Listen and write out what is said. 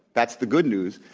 that's the good news.